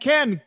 Ken